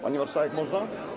Pani marszałek, można?